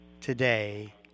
today